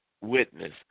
witness